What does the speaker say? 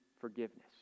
forgiveness